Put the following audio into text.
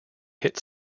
hit